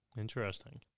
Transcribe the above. Interesting